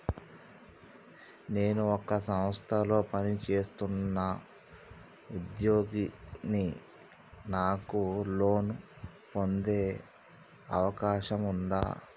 నేను ఒక సంస్థలో పనిచేస్తున్న ఉద్యోగిని నాకు లోను పొందే అవకాశం ఉందా?